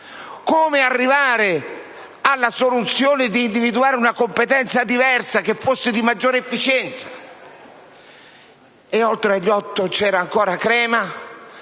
come arrivare alla soluzione di individuare una competenza diversa che fosse di maggiore efficienza. Oltre agli otto tribunali, c'era ancora Crema